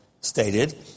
stated